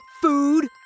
food